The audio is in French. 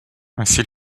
ainsi